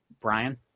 Brian